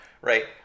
right